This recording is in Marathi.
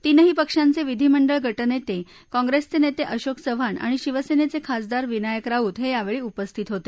तीनही पक्षांचे विधीमंडळ गटनेते काँप्रेसचे नेते अशोक चव्हाण आणि शिवसेनेचे खासदार विनायक राऊत हे यावेळी उपस्थित होते